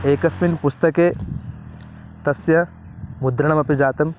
एकस्मिन् पुस्तके तस्य मुद्रणमपि जातम्